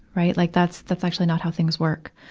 right. like that's, that's actually not how things work.